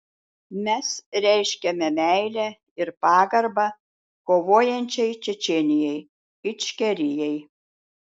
mes reiškiame meilę ir pagarbą kovojančiai čečėnijai ičkerijai